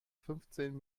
fünfzehn